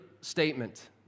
statement